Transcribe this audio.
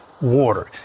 water